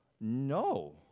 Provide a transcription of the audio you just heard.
no